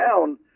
down